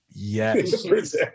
Yes